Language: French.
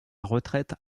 retraite